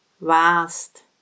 vast